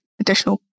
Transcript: additional